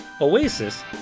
Oasis